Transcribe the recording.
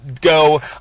go